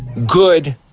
good,